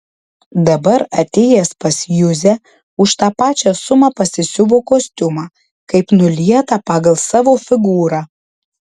dabar atėjęs pas juzę už tą pačią sumą pasisiuvo kostiumą kaip nulietą pagal savo figūrą